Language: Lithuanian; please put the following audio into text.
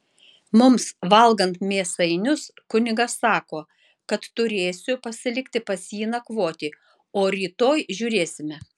mums valgant mėsainius kunigas sako kad turėsiu pasilikti pas jį nakvoti o rytoj žiūrėsime